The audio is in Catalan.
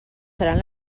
seran